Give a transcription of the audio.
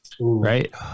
right